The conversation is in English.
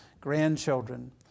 grandchildren